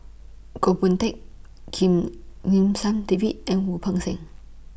Goh Boon Teck Kim Lim San David and Wu Peng Seng